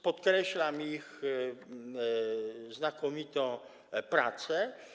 Podkreślam ich znakomitą pracę.